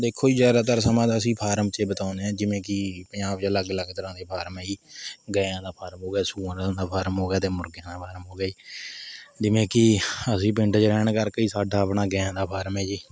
ਦੇਖੋ ਜੀ ਜ਼ਿਆਦਾਤਰ ਸਮਾਂ ਤਾਂ ਅਸੀਂ ਫਾਰਮ 'ਚ ਹੀ ਬਿਤਾਉਂਦੇ ਹਾਂ ਜਿਵੇਂ ਕਿ ਪੰਜਾਬ ਵਿੱਚ ਅਲੱਗ ਅਲੱਗ ਤਰ੍ਹਾਂ ਦੇ ਫਾਰਮ ਹੈ ਜੀ ਗੈਂਆਂ ਦਾ ਫਾਰਮ ਹੋ ਗਿਆ ਸੂਰਾਂ ਦਾ ਫਾਰਮ ਹੋ ਗਿਆ ਅਤੇ ਮੁਰਗਿਆਂ ਦਾ ਫਾਰਮ ਹੋ ਗਿਆ ਜੀ ਜਿਵੇਂ ਕਿ ਅਸੀਂ ਪਿੰਡ 'ਚ ਰਹਿਣ ਕਰਕੇ ਜੀ ਸਾਡਾ ਆਪਣਾ ਗੈਂਆਂ ਦਾ ਫਾਰਮ ਹੈ ਜੀ